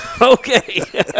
Okay